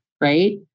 right